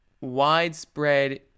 widespread